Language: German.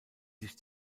sich